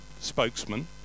spokesman